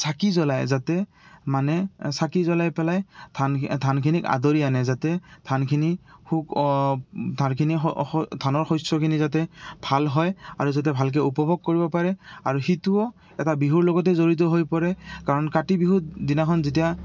চাকি জ্বলাই যাতে মানে চাকি জ্বলাই পেলাই ধান ধানখিনিক আদৰি আনে যাতে ধানখিনি ধানখিনি ধানৰ শস্যখিনি যাতে ভাল হয় আৰু যাতে ভালকে উপভোগ কৰিব পাৰে আৰু সিটোও এটা বিহুৰ লগতে জড়িত হৈ পৰে কাৰণ কাতি বিহুৰ দিনাখন যেতিয়া